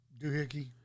doohickey